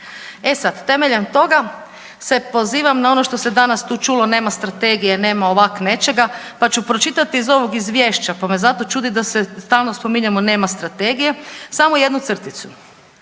E sad, temeljem toga se pozivam na ono što se danas tu čulo nema strategije, nema ovak' nečega, pa ću pročitati iz ovog izvješća, pa me zato čudi da stalno spominjemo nema strategije samo jednu crticu.